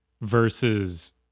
versus